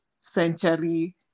century